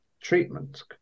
treatment